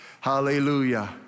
hallelujah